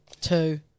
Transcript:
two